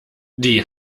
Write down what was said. die